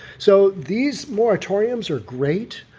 so these moratoriums are great,